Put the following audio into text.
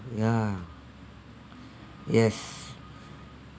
ya yes